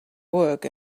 work